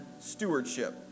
stewardship